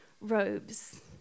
robes